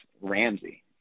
Ramsey